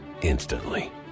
instantly